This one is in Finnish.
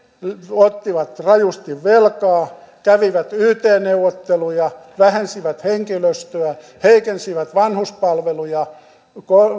ottivat rajusti velkaa kävivät yt neuvotteluja vähensivät henkilöstöä heikensivät vanhuspalveluja